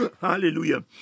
Hallelujah